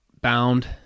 bound